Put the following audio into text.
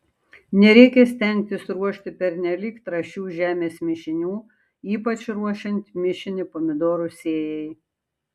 nereikia stengtis ruošti pernelyg trąšių žemės mišinių ypač ruošiant mišinį pomidorų sėjai